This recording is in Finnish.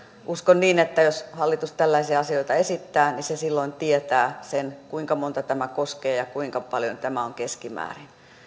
uskon niin että jos hallitus tällaisia esittää niin se silloin tietää sen kuinka monta tämä koskee ja kuinka paljon tämä on keskimäärin